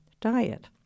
diet